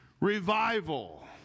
revival